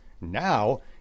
Now